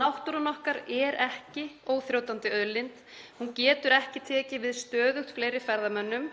Náttúran okkar er ekki óþrjótandi auðlind. Hún getur ekki tekið við stöðugt fleiri ferðamönnum,